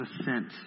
ascent